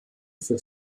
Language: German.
für